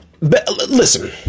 listen